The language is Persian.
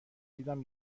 دیدم